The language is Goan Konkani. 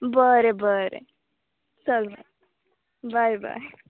बरें बरें चल बाय बाय